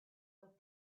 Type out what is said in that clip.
with